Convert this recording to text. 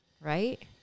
Right